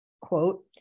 quote